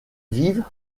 vivent